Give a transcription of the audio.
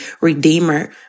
redeemer